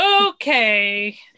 okay